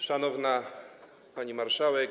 Szanowna Pani Marszałek!